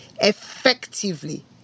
effectively